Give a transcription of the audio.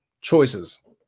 choices